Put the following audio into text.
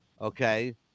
Okay